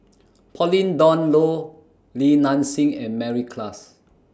Pauline Dawn Loh Li Nanxing and Mary Klass